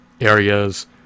areas